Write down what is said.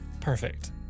perfect